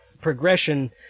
progression